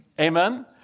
Amen